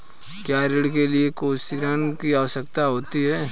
क्या ऋण के लिए कोसिग्नर की आवश्यकता होती है?